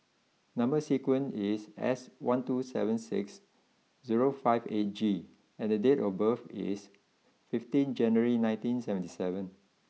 number sequence is S one two seven six zero five eight G and the date of birth is fifteen January nineteen seventy seven